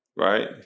Right